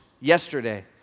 yesterday